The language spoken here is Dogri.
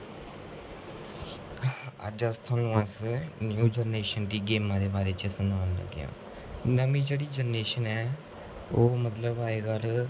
अज्ज अस थुहानूं अस न्यू जनरेशन दी गेमां दे बारे च सनान लगे आं नमीं जेह्ड़ी जनरेशन ऐ ओह् मतलब अजकल